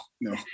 no